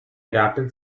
adopted